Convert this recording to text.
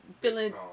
feeling